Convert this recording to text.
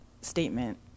statement